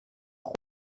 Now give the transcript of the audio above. خورد